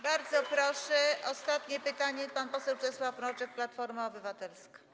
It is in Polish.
Bardzo proszę, ostatnie pytanie, pan poseł Czesław Mroczek, Platforma Obywatelska.